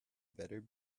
better